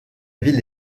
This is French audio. ville